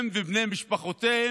הם ובני משפחותיהם,